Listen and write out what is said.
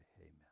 amen